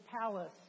palace